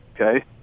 okay